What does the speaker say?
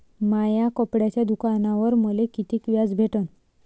माया कपड्याच्या दुकानावर मले कितीक व्याज भेटन?